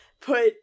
put